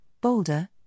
Boulder